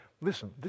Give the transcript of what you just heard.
Listen